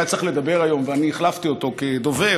שהיה צריך לדבר היום ואני החלפתי אותו כדובר,